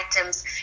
items